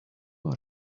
are